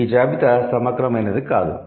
ఈ జాబితా సమగ్రమైనది కాదు